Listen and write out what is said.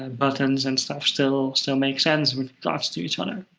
ah buttons and stuff still so make sense with regards to each other.